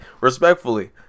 respectfully